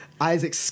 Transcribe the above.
Isaac